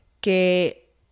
que